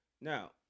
Now